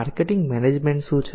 marketing management શું છે